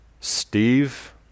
Steve